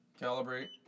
Calibrate